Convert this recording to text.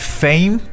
fame